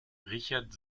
richard